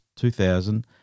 2000